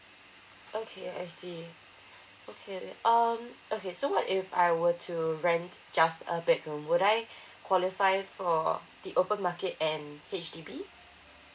okay I see okay the~ um okay so what if I were to rent just a bedroom would I qualify for the open market and H_D_B